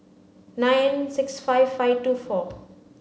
nine six five five two four